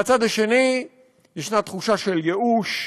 מהצד השני ישנה תחושה של ייאוש,